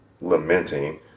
lamenting